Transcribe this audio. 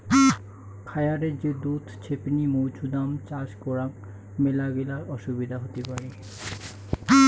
খায়ারে যে দুধ ছেপনি মৌছুদাম চাষ করাং মেলাগিলা অসুবিধা হতি পারি